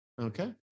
okay